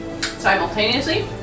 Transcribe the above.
simultaneously